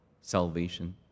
salvation